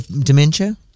dementia